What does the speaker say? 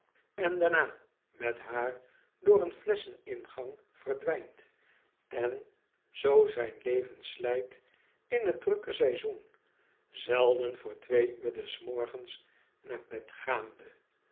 en daarna met haar door den elesschen ingang verdwijnt en zoo zijn leven slijt in t drukke seizoen zelden vr twee uur des morgens naar bed gaande